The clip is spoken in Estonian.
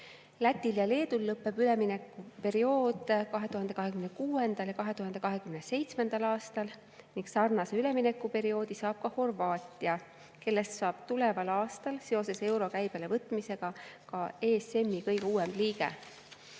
Lätil ja Leedul lõpeb üleminekuperiood 2026. ja 2027. aastal ning sarnase üleminekuperioodi saab ka Horvaatia, kellest saab tuleval aastal seoses euro käibelevõtmisega ka ESM-i kõige uuem liige. ESM